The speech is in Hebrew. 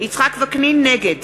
נגד